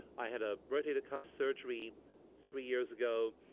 i had a rotator cuff surgery three years ago,